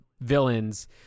villains